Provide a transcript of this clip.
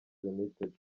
limited